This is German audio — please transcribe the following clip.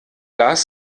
las